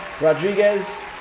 Rodriguez